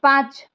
पाँच